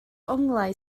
onglau